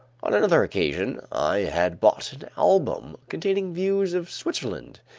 on another occasion, i had bought an album containing views of switzerland.